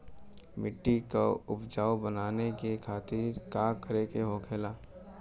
मिट्टी की उपजाऊ बनाने के खातिर का करके होखेला?